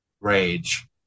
rage